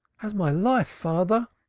as my life, father.